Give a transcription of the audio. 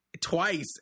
twice